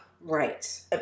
Right